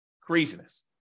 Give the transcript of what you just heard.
Craziness